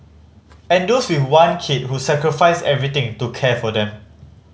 and those with one kid who sacrificed everything to care for them